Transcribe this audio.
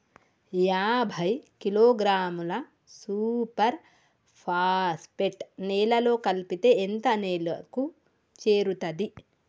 యాభై కిలోగ్రాముల super phosphate నేలలో కలిపితే ఎంత నేలకు చేరుతది?